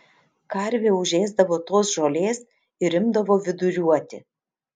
karvė užėsdavo tos žolės ir imdavo viduriuoti